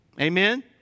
Amen